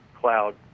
cloud